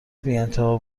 بیانتها